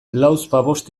lauzpabost